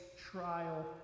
Trial